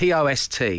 Post